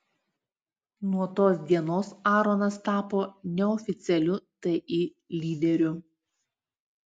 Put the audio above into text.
nuo tos dienos aronas tapo neoficialiu ti lyderiu